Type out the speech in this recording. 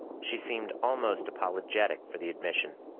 she seemed almost apologetic for the admission.